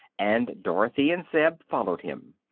and dorothy and zeb followed him.